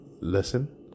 lesson